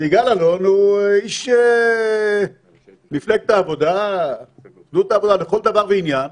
ויגאל אלון הוא איש מפלגת העבודה לכל דבר ועניין.